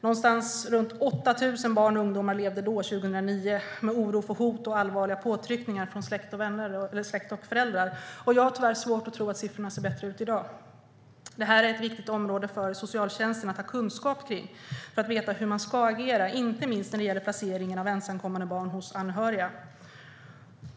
Någonstans runt 8 000 barn och ungdomar levde då med oro för hot och allvarliga påtryckningar från släkt och föräldrar, och jag har tyvärr svårt att tro att siffrorna ser bättre ut i dag. Det är viktigt för socialtjänsten att ha kunskap kring detta område för att veta hur man ska agera, inte minst när det gäller placeringen av ensamkommande barn hos anhöriga.